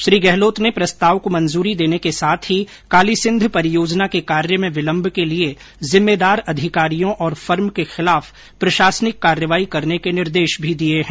श्री गहलोत ने प्रस्ताव को मंजूरी देने के साथ ही कालीसिंघ परियोजना के कार्य में विलंब के लिए जिम्मेदार अधिकारियों और फर्मे के खिलाफ प्रशासनिक कार्यवाही करने के निर्देश मी दिए हैं